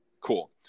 Cool